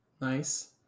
Nice